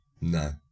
No